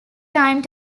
time